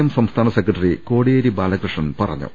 M സംസ്ഥാന secretary Kodiyeri Balakrishnan പറഞ്ഞു